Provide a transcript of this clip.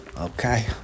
okay